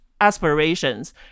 aspirations